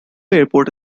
airport